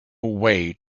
way